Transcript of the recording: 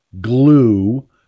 Glue